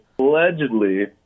Allegedly